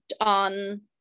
on